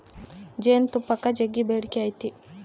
ಜೇನುತುಪ್ಪಕ್ಕ ಜಗ್ಗಿ ಬೇಡಿಕೆ ಐತೆ